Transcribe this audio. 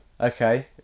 Okay